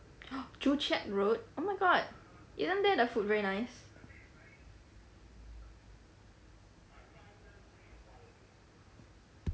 joo-chiat road oh my god isn't there the food very nice